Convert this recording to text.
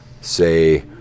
say